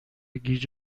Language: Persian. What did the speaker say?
گیج